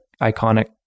iconic